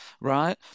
right